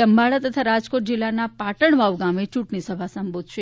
જંબાળા તથા રાજકોટ જિલ્લાના પાટણવાવ ગામે ચૂંટણી સભા સંબોધશે